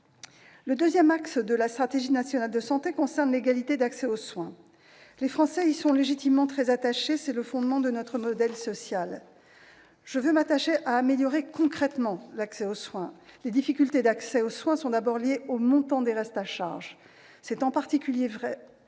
Le deuxième axe de la stratégie nationale de santé concerne l'égalité d'accès aux soins. Les Français y sont légitimement très attachés, car c'est le fondement de notre modèle social. Je veux améliorer concrètement l'accès aux soins. Les difficultés sont d'abord liées au montant des restes à charge. C'est en particulier vrai,